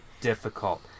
difficult